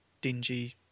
dingy